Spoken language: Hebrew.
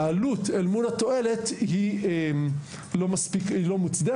שהעלות אל מול התועלת היא לא מוצדקת.